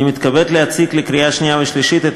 אני מתכבד להציג לקריאה שנייה ושלישית את